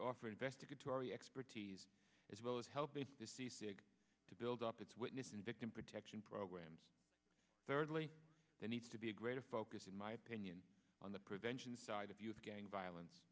offer investigatory expertise as well as helping the seasick to build up its witness and victim protection programs thirdly there needs to be a greater focus in my opinion on the prevention side of youth gang violence